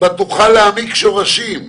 בה תוכל להעמיק שורשים.